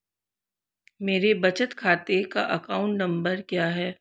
मेरे बचत खाते का अकाउंट नंबर क्या है?